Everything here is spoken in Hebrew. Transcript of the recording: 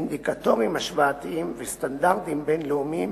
אינדיקטורים השוואתיים וסטנדרטים בין-לאומיים